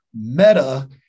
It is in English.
meta